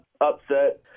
Upset